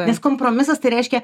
nes kompromisas tai reiškia